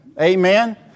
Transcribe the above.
Amen